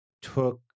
took